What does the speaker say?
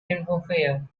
interfere